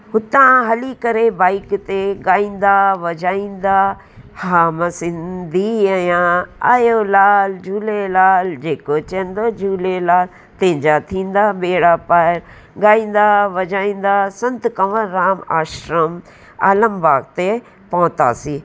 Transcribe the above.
हुतां हली करे बाइक ते ॻाईंदा वॼाईंदा हा मां सिंधी आहियां आयो लाल झूलेलाल जेको चवंदो झूलेलाल तंहिंजा थींदा ॿेड़ा पार ॻाईंदा वॼाईंदा संत कंवर राम आश्रम आलम बाग़ ते पहुतासीं